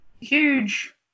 huge